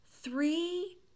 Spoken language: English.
Three